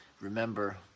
Remember